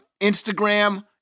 Instagram